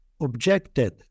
objected